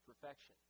perfection